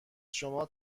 شما